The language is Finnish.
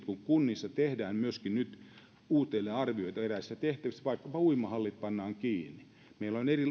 kunnissa tehdään myöskin nyt uudelleenarviointia eräissä tehtävissä vaikkapa uimahallit pannaan kiinni ja meillä on lukuisia eri